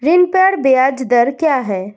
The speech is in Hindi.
ऋण पर ब्याज दर क्या है?